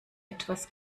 etwas